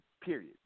period